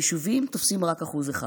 היישובים תופסים רק 1%,